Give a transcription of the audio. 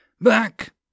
Back